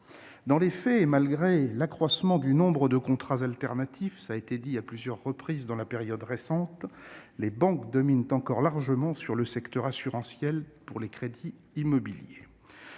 Dans les faits, malgré l'accroissement du nombre de contrats alternatifs dans la période récente, les banques dominent encore largement le secteur assurantiel pour les crédits immobiliers.